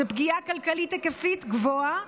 זו פגיעה כלכלית היקפית גדולה.